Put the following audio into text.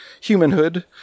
humanhood